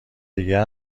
دیگر